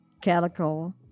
calico